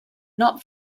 not